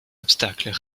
obstacles